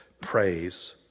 Praise